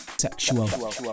sexual